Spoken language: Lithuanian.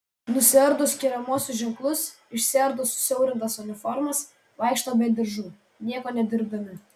nusiardo skiriamuosius ženklus išsiardo susiaurintas uniformas vaikšto be diržų nieko nedirbdami